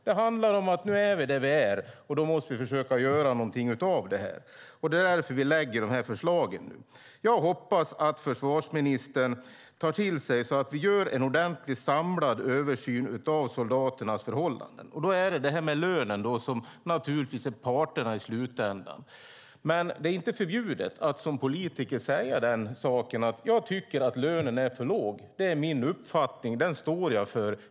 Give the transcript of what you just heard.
Det handlar om att vi nu är där vi är, och vi måste försöka göra någonting av det. Det är därför vi lägger fram dessa förslag. Jag hoppas att försvarsministern tar till sig detta så att vi gör en ordentlig samlad översyn av soldaternas förhållanden. Då är det detta med lönen, vilket naturligtvis i slutändan är upp till parterna. Det är dock inte förbjudet att som politiker säga att man tycker att lönen är för låg. Det är min uppfattning, och den står jag för.